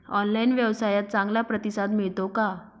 Online व्यवसायात चांगला प्रतिसाद मिळतो का?